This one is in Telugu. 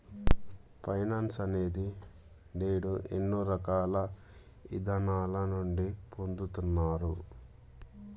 ఫైనాన్స్ అనేది నేడు ఎన్నో రకాల ఇదానాల నుండి పొందుతున్నారు